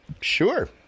Sure